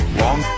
long